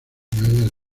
originarias